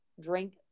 drink